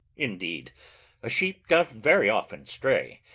indeed a sheep doth very often stray,